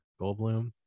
Goldblum